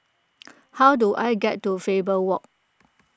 how do I get to Faber Walk